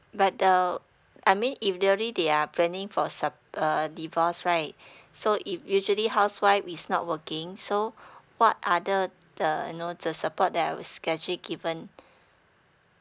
but the I mean if really they are planning for sup~ uh divorce right so if usually housewife is not working so what other the you know the support that was actually given